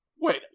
Wait